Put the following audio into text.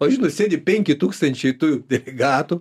o žinot sėdi penki tūkstančiai tų delegatų